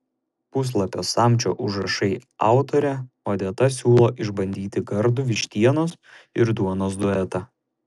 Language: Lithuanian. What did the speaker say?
puslapio samčio užrašai autorė odeta siūlo išbandyti gardų vištienos ir duonos duetą